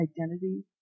identity